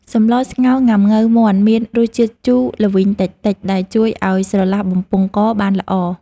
សម្លស្ងោរង៉ាំង៉ូវមាន់មានរសជាតិជូរល្វីងតិចៗ ដែលជួយឱ្យស្រឡះបំពង់កបានល្អ។